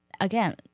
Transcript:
Again